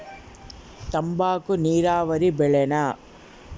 ತಂಬಾಕು ನೇರಾವರಿ ಬೆಳೆನಾ?